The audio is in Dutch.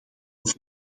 voor